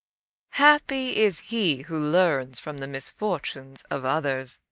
happy is he who learns from the misfortunes of others.